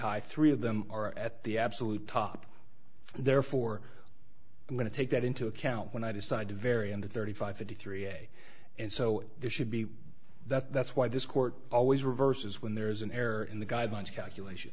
high three of them are at the absolute top therefore i'm going to take that into account when i decide to very under thirty five fifty three and so there should be that that's why this court always reverses when there is an error in the guidelines calculation